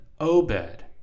Obed